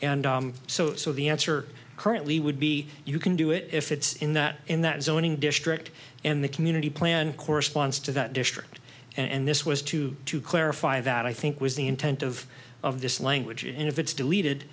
and so so the answer currently would be you can do it if it's in that in that zoning district and the community plan corresponds to that district and this was to to clarify that i think was the intent of of this language and if it's deleted